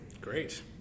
Great